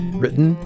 written